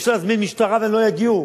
אפשר להזמין משטרה והם לא יגיעו.